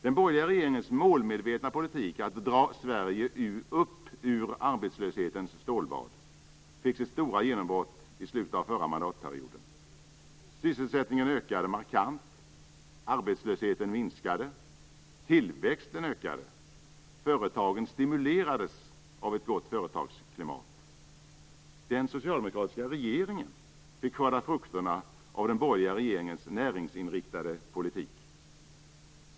Den borgerliga regeringens målmedvetna politik att dra Sverige upp ur arbetslöshetens stålbad fick sitt stora genombrott i slutet av förra mandatperioden. Sysselsättningen ökade markant. Arbetslösheten minskade. Tillväxten ökade. Företagen stimulerades av ett gott företagsklimat. Den socialdemokratiska regeringen fick skörda frukterna av den borgerliga regeringens näringsinriktade politik.